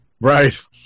Right